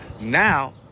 Now